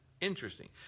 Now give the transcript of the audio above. interesting